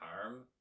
harm